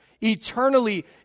eternally